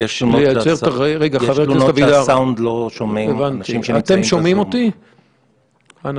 לעשות פעולה בזמן שאנחנו דנים